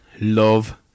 love